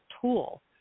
tool